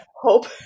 hope